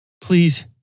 Please